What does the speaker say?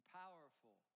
powerful